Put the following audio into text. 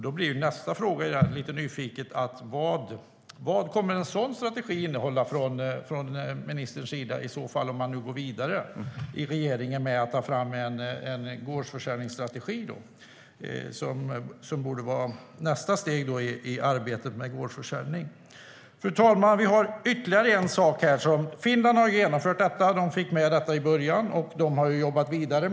Då blir nästa fråga, lite nyfiket, vad en sådan strategi kommer att innehålla, om man nu går vidare i regeringen med att ta fram en gårdsförsäljningsstrategi. Det borde ju vara nästa steg i arbetet med gårdsförsäljning. Fru talman! Det finns ytterligare en sak. Finland införde och godkände gårdsförsäljning tidigt.